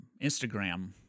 Instagram